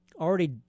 already